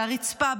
על הרצפה,